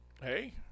hey